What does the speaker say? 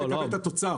אני מקבל את התוצר.